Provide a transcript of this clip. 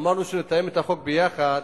פשוט אמרנו שנתאם את החוק ביחד,